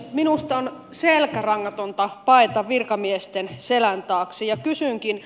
minusta on selkärangatonta paeta virkamiesten selän taakse ja kysynkin